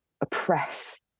oppress